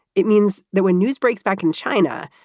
it means that when news breaks back in china,